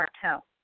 Cartel